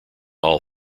all